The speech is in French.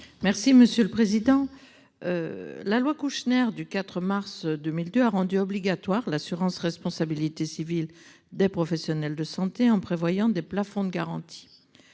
Merci monsieur le président. La loi Kouchner du 4 mars 2002 a rendu obligatoire l'assurance responsabilité civile des professionnels de santé, en prévoyant des plafonds de garantie.